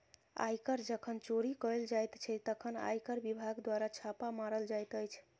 आयकर जखन चोरी कयल जाइत छै, तखन आयकर विभाग द्वारा छापा मारल जाइत अछि